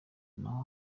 naho